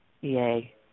Yay